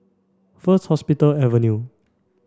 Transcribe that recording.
First Hospital Avenue